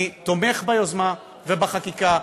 אני תומך ביוזמה ובחקיקה.